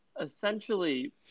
Essentially